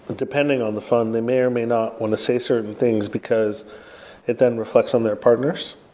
depending on the fund, they may or may not want to say certain things, because it then reflects on their partners,